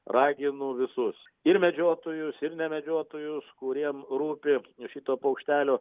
raginu visus ir medžiotojus ir ne medžiotojus kuriem rūpi šito paukštelio